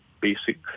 basic